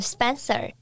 Spencer